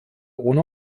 ohne